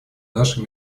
нашей